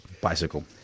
bicycle